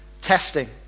testing